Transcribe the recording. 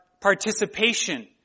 participation